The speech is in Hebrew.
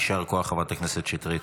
יישר כוח, חברת הכנסת שטרית.